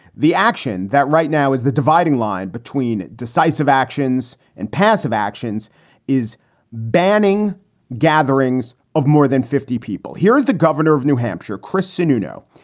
the action that right now is the dividing line between decisive actions and passive actions is banning gatherings of more than fifty people. here is the governor of new hampshire, chris, since, you know,